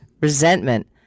resentment